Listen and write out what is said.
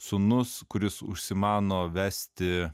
sūnus kuris užsimano vesti